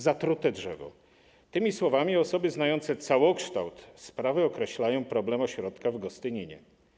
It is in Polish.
Zatrute drzewo - tymi słowami osoby znające całokształt sprawy określają problem ośrodka w Gostyninie.